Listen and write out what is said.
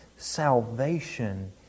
salvation